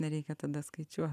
nereikia tada skaičiuot